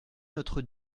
notre